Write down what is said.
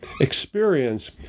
experience